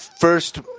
First